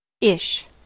Ish